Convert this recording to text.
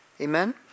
amen